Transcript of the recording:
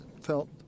felt